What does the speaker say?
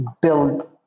build